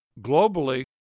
Globally